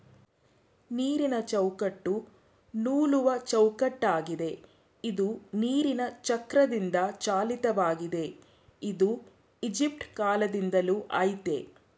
ನೀರಿನಚೌಕಟ್ಟು ನೂಲುವಚೌಕಟ್ಟಾಗಿದೆ ಇದು ನೀರಿನಚಕ್ರದಿಂದಚಾಲಿತವಾಗಿದೆ ಇದು ಈಜಿಪ್ಟಕಾಲ್ದಿಂದಲೂ ಆಯ್ತೇ